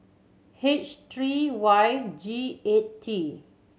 H three Y G eight T